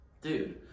dude